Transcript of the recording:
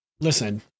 listen